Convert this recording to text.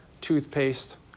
toothpaste